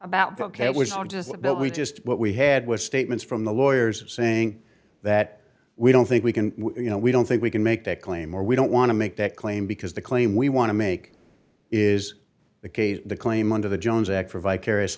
the ok it was just that we just what we had was statements from the lawyers saying that we don't think we can you know we don't think we can make that claim or we don't want to make that claim because the claim we want to make is the case the claim under the jones act for vicarious